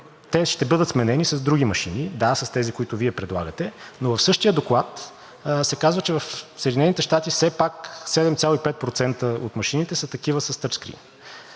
Те ще бъдат сменени с други машини – да, с тези, които Вие предлагате, но в същия доклад се казва, че в Съединените щати все пак 7,5% от машините са такива с тъчскрийн